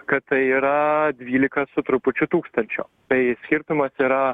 kad tai yra dvylika su trupučiu tūkstančio tai skirtumas yra